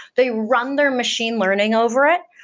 they run their machine learning over it,